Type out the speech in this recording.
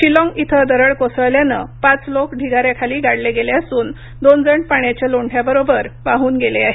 शिलॉंग इथं दरड कोसळल्यानं पाच लोक ढिगाऱ्याखाली गाडले गेले असून दोन जण पाण्याच्या लोंढ्या बरोबर वाहून गेले आहेत